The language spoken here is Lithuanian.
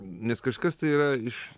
nes kažkas tai yra iš